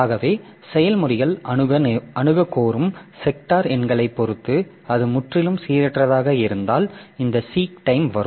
ஆகவே செயல்முறைகள் அணுகக் கோரும் செக்டார் எண்களைப் பொறுத்து அது முற்றிலும் சீரற்றதாக இருந்தால் இந்த சீக் டைம் வரும்